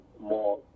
more